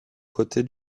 côté